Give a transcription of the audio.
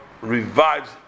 revives